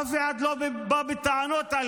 ואף אחד לא בא אליהם בטענות.